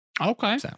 Okay